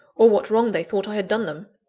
or what wrong they thought i had done them.